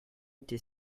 été